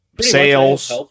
sales